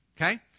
Okay